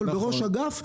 אבל כראש אגף,